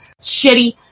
shitty